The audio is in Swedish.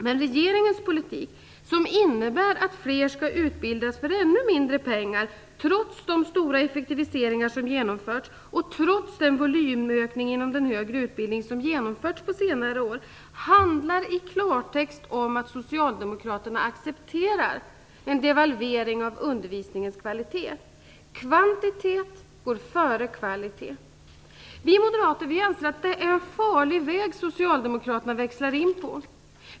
Men regeringens politik, som innebär att fler skall utbildas för ännu mindre pengar trots de stora effektiviseringar som genomförts och trots den volymökning inom den högre utbildningen som genomförts under senare år, handlar i klartext om att Socialdemokraterna accepterar en devalvering av undervisningens kvalitet. Kvantitet går före kvalitet. Vi moderater anser att Socialdemokraterna växlar in på en farlig väg.